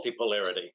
multipolarity